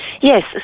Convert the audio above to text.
yes